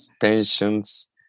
Pensions